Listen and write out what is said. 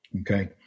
Okay